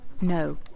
No